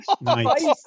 Nice